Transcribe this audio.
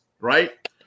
right